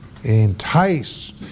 entice